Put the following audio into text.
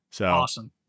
Awesome